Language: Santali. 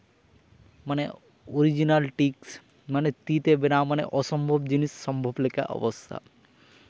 ᱢᱟᱱᱮ ᱚᱨᱤᱡᱤᱱᱟᱞ ᱴᱤᱠᱥ ᱢᱟᱱᱮ ᱛᱤ ᱛᱮ ᱵᱮᱱᱟᱣ ᱢᱟᱱᱮ ᱚᱥᱚᱢᱵᱷᱚᱵ ᱡᱤᱱᱤᱥ ᱥᱚᱢᱵᱷᱚᱵ ᱞᱮᱠᱟ ᱚᱵᱚᱥᱛᱷᱟ